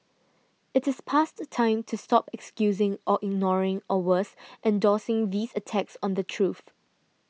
it is past time to stop excusing or ignoring or worse endorsing these attacks on the truth